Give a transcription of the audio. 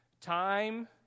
time